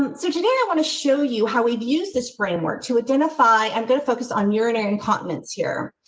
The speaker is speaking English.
um so today i want to show you how we've used this framework to identify i'm going to focus on urinary incontinence here.